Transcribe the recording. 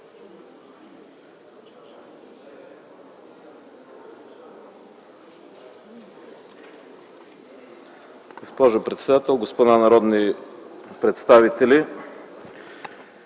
Госпожо председател, господа народни представители!